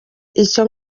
icyo